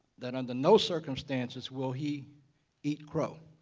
that under no circumstances will he eat crow,